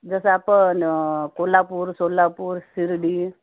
जसं आपण कोल्हापूर सोलापूर शिर्डी